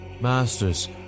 Masters